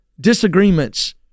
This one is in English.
disagreements